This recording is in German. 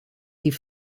die